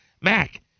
mac